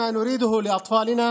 שמבינה את הסכנות הסובבות אותה,